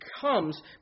comes